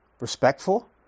respectful